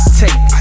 take